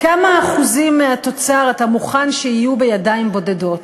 כמה אחוזים מהתוצר אתה מוכן שיהיו בידיים בודדות?